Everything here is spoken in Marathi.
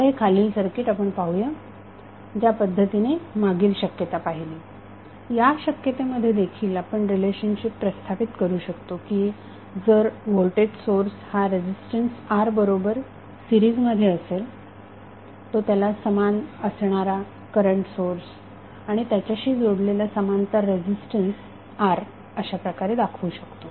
आता हे खालील सर्किट आपण पाहूया ज्या पद्धतीने मागील शक्यता पाहिली या शक्यते मध्ये देखील आपण रिलेशनशिप प्रस्थापित करू शकतो की जर व्होल्टेज सोर्स हा रेझिस्टन्स R बरोबर सीरिज मध्ये असेल तो त्याला समान असणारा करंट सोर्स आणि त्याच्याशी जोडलेला समांतर रेझिस्टन्स R अशाप्रकारे दाखवू शकतो